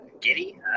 giddy